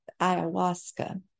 ayahuasca